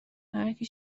هرکی